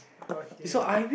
okay